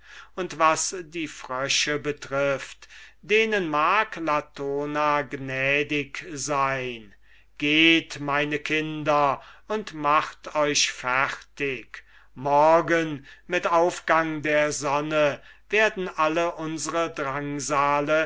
und was die frösche betrifft denen mag latona gnädig sein geht meine kinder und macht euch fertig morgen mit aufgang der sonne werden alle unsre